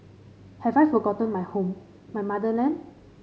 have I forgotten my home my motherland